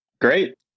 Great